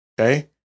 okay